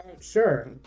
sure